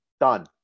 done